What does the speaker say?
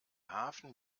hafen